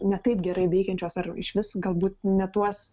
ne taip gerai veikiančios ar išvis galbūt ne tuos